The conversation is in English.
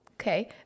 Okay